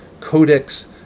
codex